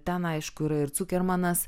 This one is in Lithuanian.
ten aišku yra ir cukermanas